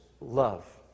love